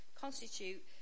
constitute